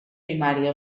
primària